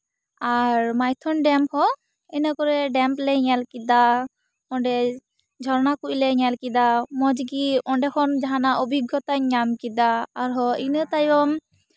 ᱟᱨ Maithon dam ᱦᱚᱸ ᱤᱱᱟᱹ ᱠᱚᱨᱮ ᱰᱮᱢ ᱞᱮ ᱧᱮᱞ ᱠᱮᱫᱟ ᱚᱸᱰᱮ ᱡᱷᱚᱨᱱᱟ ᱠᱩᱡ ᱞᱮ ᱧᱮᱞ ᱠᱮᱫᱟ ᱢᱚᱡᱽ ᱜᱤ ᱚᱸᱰᱮ ᱠᱷᱚᱱ ᱡᱟᱦᱟᱱᱟᱜ ᱚᱵᱷᱤᱜᱽ ᱜᱚᱛᱟᱧ ᱧᱟᱢ ᱠᱮᱫᱟ ᱟᱨᱦᱚᱸ ᱤᱱᱟᱹ ᱛᱟᱭᱚᱢ